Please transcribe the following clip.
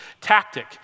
tactic